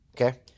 okay